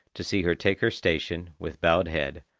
to see her take her station, with bowed head,